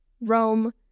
rome